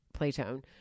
Playtone